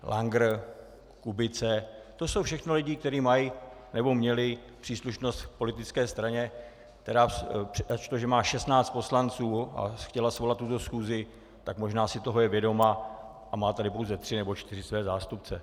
Langer, Kubice, to jsou všechno lidi, kteří mají nebo měli příslušnost v politické straně, která, ač to, že má šestnáct poslanců a chtěla svolat tuto schůzi, tak možná si je toho vědomá a má tady pouze tři nebo čtyři své zástupce.